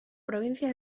província